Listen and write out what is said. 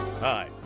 Hi